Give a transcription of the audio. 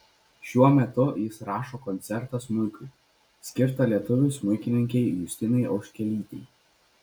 šiuo metu jis rašo koncertą smuikui skirtą lietuvių smuikininkei justinai auškelytei